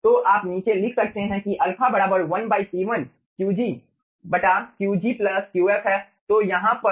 तो आप नीचे लिख सकते हैं कि α बराबर 1 C1 Qg Qg Qf है